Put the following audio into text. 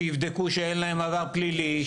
שיבדקו שאין להם עבר פלילי,